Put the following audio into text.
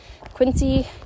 Quincy